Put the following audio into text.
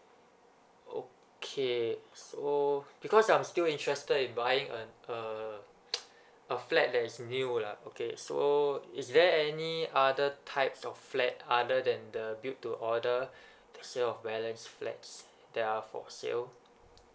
okay so because I'm still interested in buying a uh a flat that's new lah okay so is there any other types of flat other than the built to order the sale of balance flats that are for sell